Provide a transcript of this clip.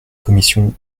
commission